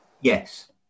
Yes